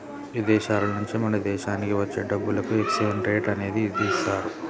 ఇదేశాల నుంచి మన దేశానికి వచ్చే డబ్బులకు ఎక్స్చేంజ్ రేట్ అనేది ఇదిస్తారు